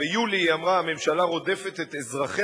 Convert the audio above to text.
ביולי היא אמרה: הממשלה רודפת את אזרחיה